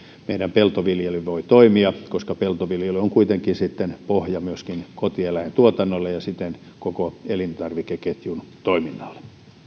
meillä peltoviljely voi toimia koska peltoviljely on kuitenkin sitten pohja myöskin kotieläintuotannolle ja siten koko elintarvikeketjun toiminnalle